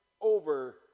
over